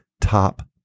top